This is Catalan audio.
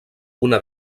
una